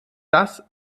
das